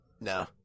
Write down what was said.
No